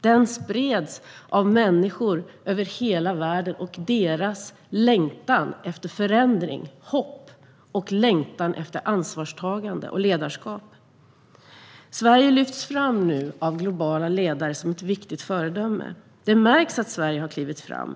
Den spreds av människor över hela världen på grund av deras längtan efter förändringar, hopp, ansvarstagande och ledarskap. Sverige lyfts nu fram av globala ledare som ett viktigt föredöme. Det märks att Sverige har klivit fram.